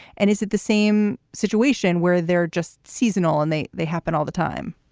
and is it the same situation where they're just seasonal and they they happen all the time?